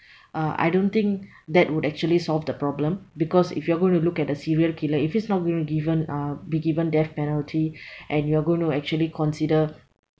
uh I don't think that would actually solve the problem because if you're going to look at a serial killer if he's not been given uh be given death penalty and you are gonna actually consider